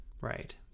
Right